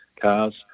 cars